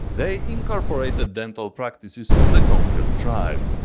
they incorporated dental practices of the conquered tribe.